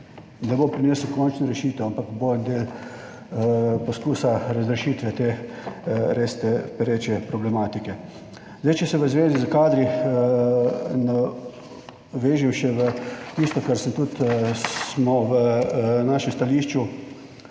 da bo prinesel končno rešitev, ampak bo en del poskusa razrešitve te res, te pereče problematike. Zdaj, če se v zvezi s kadri navežem še v tisto, kar sem, tudi smo v našem stališču